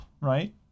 right